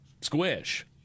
Squish